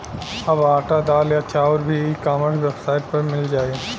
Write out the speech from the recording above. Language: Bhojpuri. अब आटा, दाल या चाउर भी ई कॉमर्स वेबसाइट पर मिल जाइ